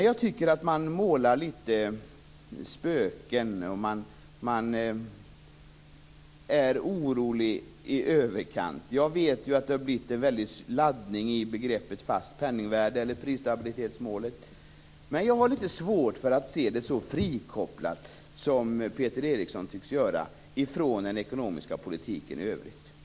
Jag tycker att man målar upp spöken och är orolig i överkant. Jag vet ju att det har blivit en väldig laddning i begreppet fast penningvärde eller prisstabilitetsmålet, men jag har litet svårt för att se det så frikopplat från den ekonomiska politiken i övrigt som Peter Eriksson tycks göra.